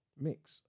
Mix